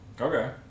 Okay